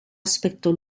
aspecto